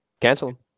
cancel